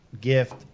gift